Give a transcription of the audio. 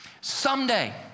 Someday